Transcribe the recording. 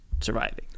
surviving